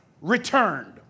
returned